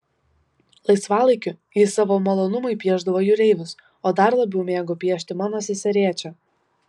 laisvalaikiu jis savo malonumui piešdavo jūreivius o dar labiau mėgo piešti mano seserėčią